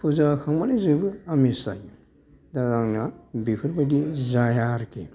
फुजा होखांबानो जोबो आमिस जायो दा आंना बेफोरबादि जाया आरोखि